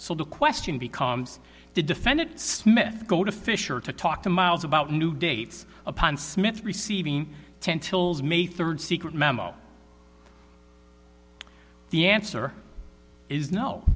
so the question becomes the defendant smith go to fisher to talk to miles about new dates upon smith receiving ten tills may third secret memo the answer is no